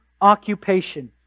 occupation